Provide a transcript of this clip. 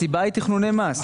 הסיבה היא תכנוני מס.